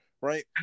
right